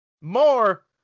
More